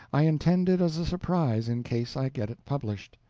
i intend it as a surprise in case i get it published.